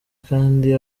kandi